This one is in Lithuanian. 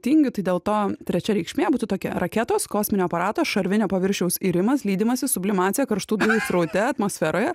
tingiu tai dėl to trečia reikšmė būtų tokia raketos kosminio aparato šarvinio paviršiaus irimas lydimasis sublimacija karštų dujų sraute atmosferoje